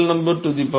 3